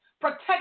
Protect